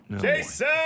Jason